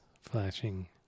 Flashing